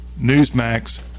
newsmax